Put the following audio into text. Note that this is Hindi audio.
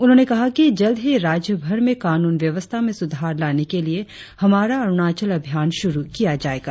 उन्होंने कहा कि जल्द ही राज्य भर में कानून व्यवस्था में सुधार लाने के लिए हमारा अरुणाचल अभियान शुरु किया जाएगा